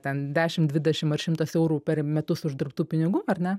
ten dešim dvidešim ar šimtas eurų per metus uždirbtų pinigų ar ne